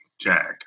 Jack